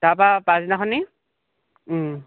তাৰপৰা পছদিনাখনি